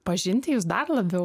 pažinti jus dar labiau